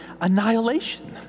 annihilation